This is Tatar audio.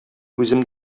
үзем